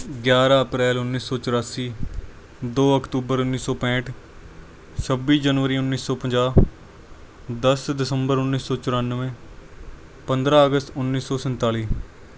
ਗਿਆਰ੍ਹਾਂ ਅਪ੍ਰੈਲ ਉੱਨੀ ਸੌ ਚੁਰਾਸੀ ਦੋ ਅਕਤੂਬਰ ਉੱਨੀ ਸੌ ਪੈਂਹਠ ਛੱਬੀ ਜਨਵਰੀ ਉੱਨੀ ਸੌ ਪੰਜਾਹ ਦਸ ਦਸੰਬਰ ਉੱਨੀ ਸੌ ਚੁਰਾਨਵੇਂ ਪੰਦਰ੍ਹਾਂ ਅਗਸਤ ਉੱਨੀ ਸੌ ਸੰਤਾਲੀ